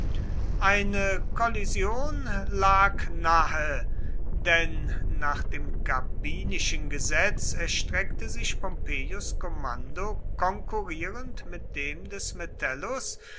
eine kollision lag nahe denn nach dem gabinischen gesetz erstreckte sich pompeius kommando konkurrierend mit dem des metellus